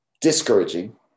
discouraging